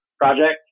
project